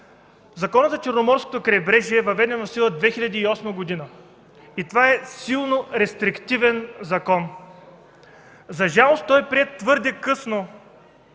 Законът за Черноморското крайбрежие е въведен в сила 2008 г. и това е силно рестриктивен закон. За жалост, той е приет твърде късно,